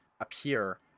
appear